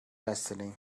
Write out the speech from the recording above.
destiny